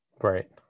right